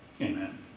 Amen